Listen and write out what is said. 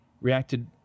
reacted